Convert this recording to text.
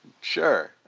sure